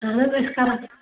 اَہَن حظ أسۍ کَرو